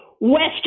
Western